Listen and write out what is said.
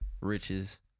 riches